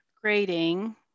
grading